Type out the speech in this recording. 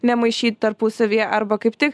nemaišyt tarpusavyje arba kaip tik